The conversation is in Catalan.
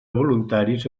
voluntaris